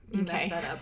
okay